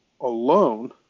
alone